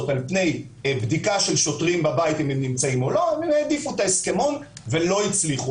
על פי בדיקה של שוטרים בבית אם הם נמצאים או לא ולא הצליחו.